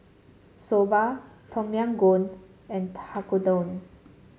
Soba Tom Yam Goong and Tekkadon